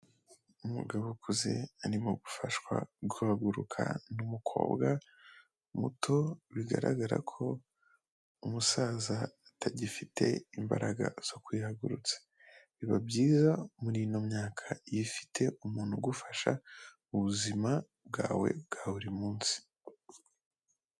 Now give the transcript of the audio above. Umugabo ukuze arimo gufashwa guhaguruka ni umukobwa muto bigaragara ko umusaza atagifite imbaraga zo kwihagurutsa, biba byiza murino myaka iyo ufite umuntu ugufasha mubuzima bwawe bwa buri munsi.